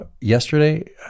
yesterday